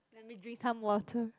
let me drink some water